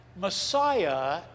Messiah